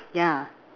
yeah